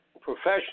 professional